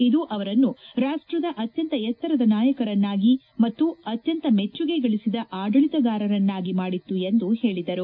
ಇದು ಅವರನ್ನು ರಾಷ್ಷದ ಅತ್ಯಂತ ಎತ್ತರದ ನಾಯಕರನ್ನಾಗಿ ಮತ್ತು ಅತ್ಯಂತ ಮೆಚ್ಚುಗೆ ಗಳಿಸಿದ ಆಡಳಿತಗಾರರನ್ನಾಗಿ ಮಾಡಿತ್ತು ಎಂದು ಹೇಳಿದರು